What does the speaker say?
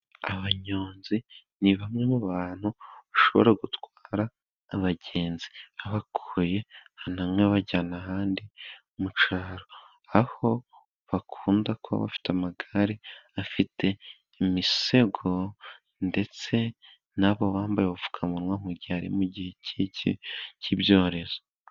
Abanyonzi ni bamwe mu bantu bashobora gutwara abagenzi babakuye ahantu hamwe babajyana ahandi mu cyaro aho bakunda kuba bafite amagare afite imisego ndetse na bo bambaye ubupfukamunwa mu gihe ari mu gihe cy'ibyorezo.